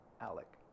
Alec